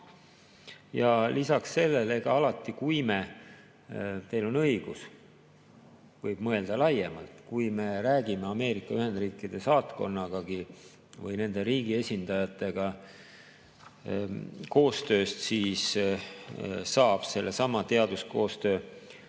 lisaks sellele ka alati – teil on õigus, võib mõelda laiemalt –, kui me räägime Ameerika Ühendriikide saatkonnaga või nende riigi esindajatega koostööst, siis saab sellesama teaduskoostöö